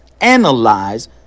analyze